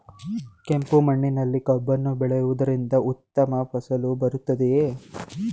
ಕೆಂಪು ಮಣ್ಣಿನಲ್ಲಿ ಕಬ್ಬನ್ನು ಬೆಳೆಯವುದರಿಂದ ಉತ್ತಮ ಫಸಲು ಬರುತ್ತದೆಯೇ?